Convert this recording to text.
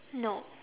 no